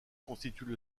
constituent